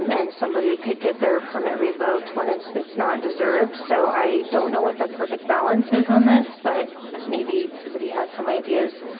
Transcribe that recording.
um and somebody could get their permit revoked when ah it's not deserved. so i don't know what the perfect balance is on this, but maybe somebody has ideas.